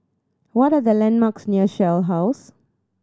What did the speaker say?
what are the landmarks near Shell House